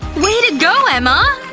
way to go, emma.